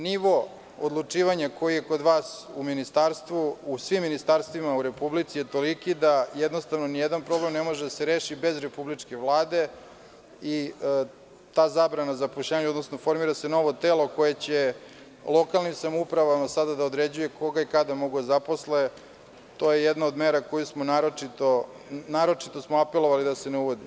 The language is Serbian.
Nivo odlučivanja kod vas u svim ministarstvima u republici je toliki da jednostavno ni jedan problem ne može da se reši bez republičke Vlade, i ta zabrana zapošljavanja, odnosno formira se novo telo koje će lokalnim samoupravama sada da određuje koga i kada mogu da zaposle, to je jedna od mera koju smo naročito apelovali da se ne uvodi.